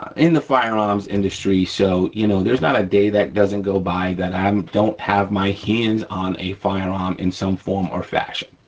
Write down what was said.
um in the firearms industry. so, you know, there's not a day that doesn't go by that i um don't have my hands on a firearm in some form or fashion,